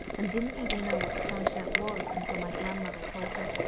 and didn't even know what the planchette was until my grandmother told her.